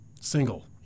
single